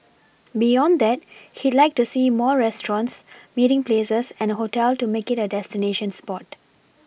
beyond that he'd like to see more restaurants meeting places and a hotel to make it a destination spot